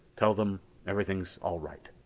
tell them everything's all right.